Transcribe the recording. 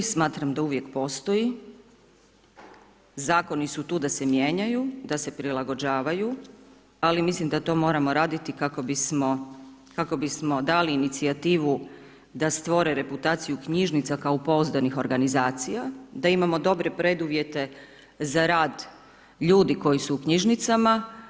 Smatram da uvijek postoji, zakoni su tu da se mijenjaju, da se prilagođavaju ali mislim da to moramo raditi kako bismo dali inicijativu da stvore reputaciju knjižnica kao pouzdanih organizacija, da imamo dobre preduvjete za rad ljudi koji su u knjižnicama.